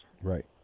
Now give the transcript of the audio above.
Right